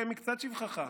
שבחך.